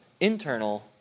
internal